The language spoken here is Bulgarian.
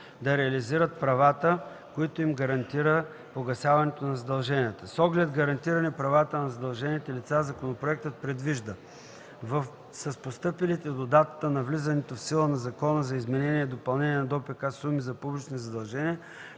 да реализират правата, които им гарантира погасяването на задълженията. С оглед гарантиране правата на задължените лица законопроектът предвижда с постъпилите до датата на влизане в сила на закона за изменение и допълнение на Данъчно-осигурителния